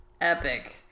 epic